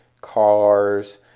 cars